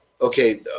okay